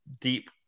deep